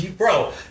Bro